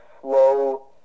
slow